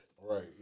Right